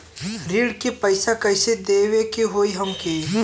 ऋण का पैसा कइसे देवे के होई हमके?